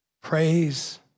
Praise